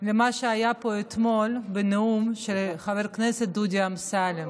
למה שהיה פה אתמול בנאום של חבר הכנסת דודי אמסלם.